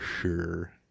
sure